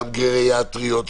גם גריאטריות,